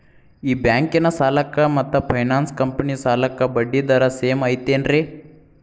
ಈ ಬ್ಯಾಂಕಿನ ಸಾಲಕ್ಕ ಮತ್ತ ಫೈನಾನ್ಸ್ ಕಂಪನಿ ಸಾಲಕ್ಕ ಬಡ್ಡಿ ದರ ಸೇಮ್ ಐತೇನ್ರೇ?